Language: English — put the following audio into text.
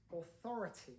authority